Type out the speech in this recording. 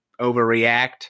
overreact